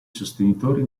sostenitori